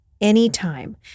anytime